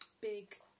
big